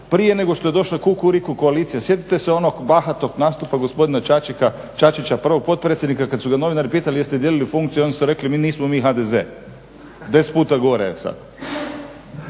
prije nego što je došla Kukuriku koalicija, sjetite se onog bahatog nastupa gospodina Čačića, prvog potpredsjednika kad su ga novinari pitali jeste dijelili funkciju, onda ste rekli nismo mi HDZ, 10 puta je gore sad.